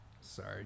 Sorry